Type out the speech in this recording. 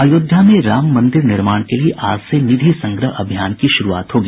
अयोध्या में राम मंदिर निर्माण के लिए आज से निधि संग्रह अभियान की शुरूआत होगी